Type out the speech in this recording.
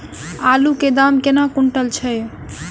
आलु केँ दाम केना कुनटल छैय?